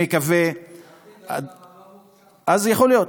יכול להיות.